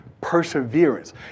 perseverance